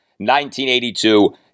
1982